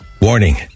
Warning